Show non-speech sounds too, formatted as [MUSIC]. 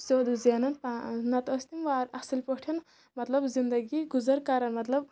[UNINTELLIGIBLE] زینان پا نَتہٕ ٲسۍ تِم وارٕ اَصٕل پٲٹھۍ مطلب زندگی گُزَر کَران مطلب